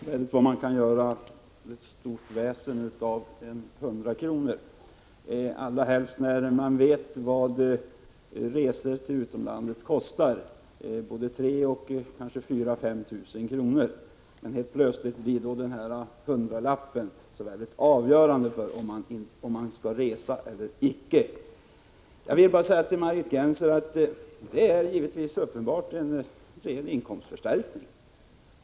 Herr talman! Det är väldigt vad ni gör stort väsen av 100 kr. Det förefaller marginellt, när man vet vad charterresor till utlandet kostar — både 3 000 och kanske 4 000 eller 5 000 kr. Men helt plötsligt blir hundralappen avgörande för om människor skall resa eller icke! Jag vill säga till Margit Gennser att det uppenbarligen är fråga om en ren inkomstförstärkning.